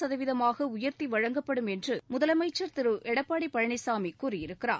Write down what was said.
சதவீதமாக உயர்த்தி வழங்கப்படும் என்று தமிழக முதலமைச்சர் திரு எடப்பாடி பழனிசாமி கூறியிருக்கிறார்